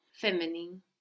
feminine